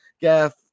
gaff